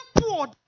poor